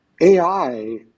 AI